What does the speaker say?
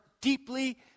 deeply